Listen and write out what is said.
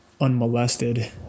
unmolested